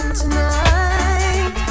tonight